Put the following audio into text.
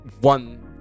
one